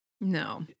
No